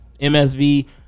MSV